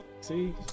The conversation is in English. see